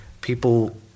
people